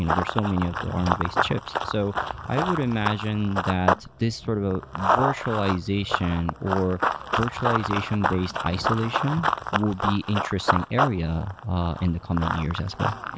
you know there's so many of the arm-based chips. so i would imagine that sort of ah virtualization, or virtualization-based isolation will be interesting area in the coming years as well.